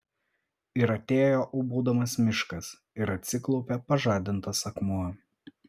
ir atėjo ūbaudamas miškas ir atsiklaupė pažadintas akmuo